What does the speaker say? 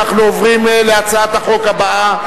אנחנו עוברים להצעת החוק הבאה,